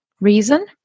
reason